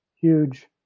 Huge